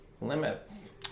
limits